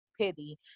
pity